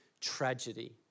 tragedy